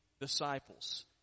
disciples